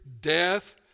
death